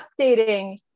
updating